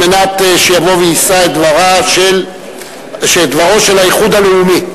שיבוא ויישא את דברו של האיחוד הלאומי.